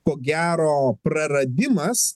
ko gero praradimas